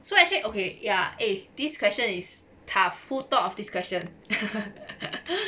so actually okay ya eh this question is tough who thought of this question